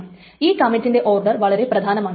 a കമ്മിറ്റിന്റെ order വളരെ പ്രധാനമാണ്